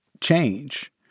change